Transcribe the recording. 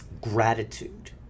gratitude